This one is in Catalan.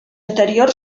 anterior